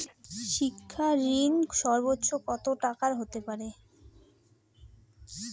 শিক্ষা ঋণ সর্বোচ্চ কত টাকার হতে পারে?